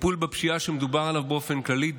הטיפול בפשיעה שמדובר עליו באופן כללי,